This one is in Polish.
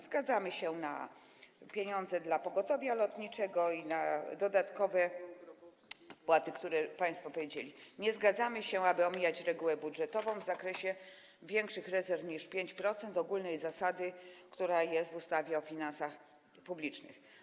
Zgadzamy się na pieniądze dla pogotowia lotniczego i na dodatkowe wpłaty, o których państwo powiedzieli, nie zgadzamy się na to, aby omijać regułę budżetową w zakresie większych rezerw niż 5% według ogólnej zasady, która jest w ustawie o finansach publicznych.